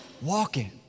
walking